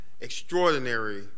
extraordinary